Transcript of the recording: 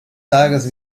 tages